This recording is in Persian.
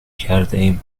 کردهایم